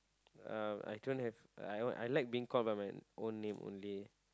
um I don't have uh I I like being called by my own name only